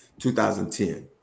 2010